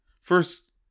first